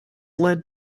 led